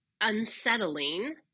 unsettling